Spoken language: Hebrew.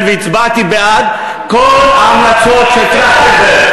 והצבעתי בעד כל ההמלצות של טרכטנברג.